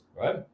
Right